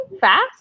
fast